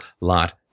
lot